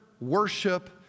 worship